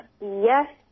Yes